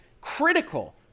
critical